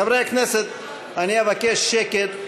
חברי הכנסת, אני אבקש שקט.